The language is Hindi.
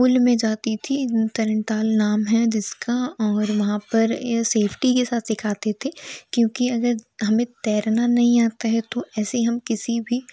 पुल में जाती थी तरण ताल नाम है जिसका और वहाँ पर यह सेफ्टी के साथ सिखाते थे क्योंकि अगर हमें तैरना नहीं आता है तो ऐसी हम किसी भी